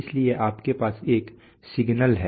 इसलिए आपके पास एक सिग्नल है